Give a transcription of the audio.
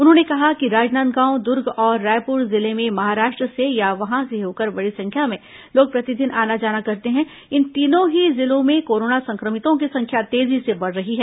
उन्होंने कहा कि राजनांदगांव दुर्ग और रायपुर जिले में महाराष्ट्र से या वहां से होकर बड़ी संख्या में लोग प्रतिदिन आना जाना करते हैं इन तीनों ही जिलों में कोरोना संक्रमितों की संख्या तेजी से बढ़ रही है